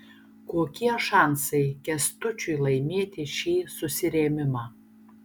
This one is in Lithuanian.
kokie šansai kęstučiui laimėti šį susirėmimą